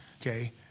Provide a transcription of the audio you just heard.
okay